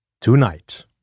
Tonight